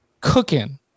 cooking